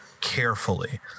Carefully